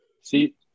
See